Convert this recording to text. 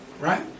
Right